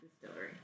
distillery